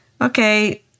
okay